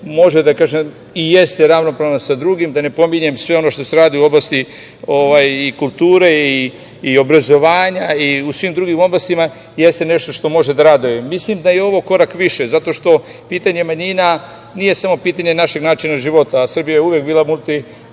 manjine može i jeste ravnopravan sa drugim, da ne pominjem sve ono što se radi u oblasti kulture i obrazovanja i u svim drugim oblastima jeste nešto što može da raduje. Mislim da je ovo korak više zato što pitanje manjina nije samo pitanje našeg načina života. Srbija je uvek bila multikulturna